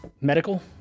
medical